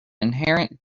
inherent